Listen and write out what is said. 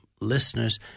listeners